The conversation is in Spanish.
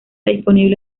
disponible